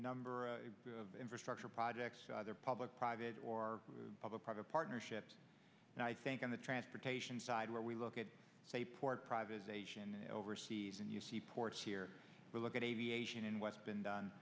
number of infrastructure projects either public private or public private partnerships and i think in the transportation side where we look at say port privatisation overseas and you see ports here we look at aviation and what's been done